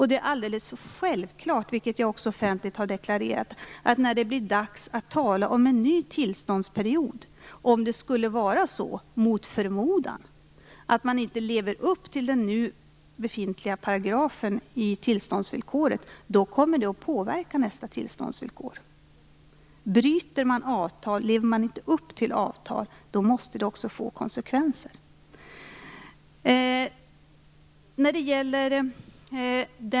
Det är alldeles självklart, vilket jag också offentligt har deklarerat, att det kommer att påverka nästa tillståndsvillkor om man mot förmodan inte skulle leva upp till den nu befintliga paragrafen i tillståndsvillkoret när det blir dags att tala om en ny tillståndsperiod. Bryter man avtal måste det också få konsekvenser.